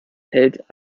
hält